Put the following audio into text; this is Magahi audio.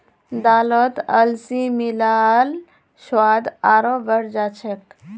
दालत अलसी मिला ल स्वाद आरोह बढ़ जा छेक